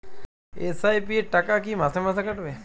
SIP র টাকা কী মাসে মাসে কাটবে?